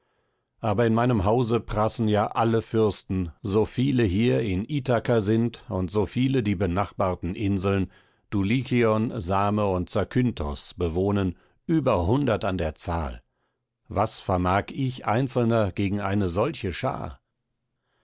aber in meinem hause prassen ja alle fürsten so viele ihrer hier in ithaka sind und so viele die benachbarten inseln dulichion same und zakynthos bewohnen über hundert an der zahl was vermag ich einzelner gegen eine solche schar